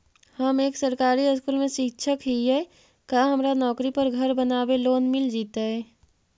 हम एक सरकारी स्कूल में शिक्षक हियै का हमरा नौकरी पर घर बनाबे लोन मिल जितै?